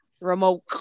Remote